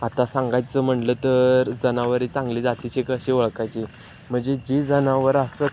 आता सांगायचं म्हणालं तर जनावरही चांगली जातीची कशी ओळखायची म्हणजे जी जनावर असत